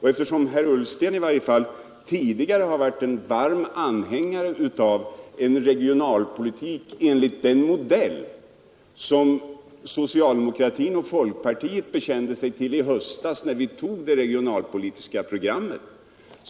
Herr Ullsten har i varje fall tidigare varit en varm anhängare av en regionalpolitik enligt den modell som socialdemokratin och folkpartiet bekände sig till i höstas, när vi fattade beslut om det regionalpolitiska programmet.